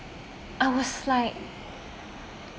I was like